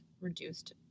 reduced